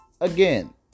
again